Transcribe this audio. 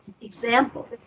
example